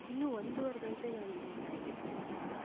ಇನ್ನೂ ಒಂದೂವರೆ ಗಂಟೆ ನಾನು ಇಲ್ಲೇ ಕಾಯ್ಬೇಕಾಗತ್ತಾ